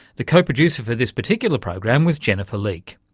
the co-producer for this particular program was jennifer leake.